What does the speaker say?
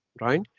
right